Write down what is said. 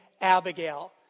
Abigail